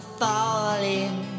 falling